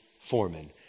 Foreman